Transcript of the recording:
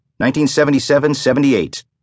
1977-78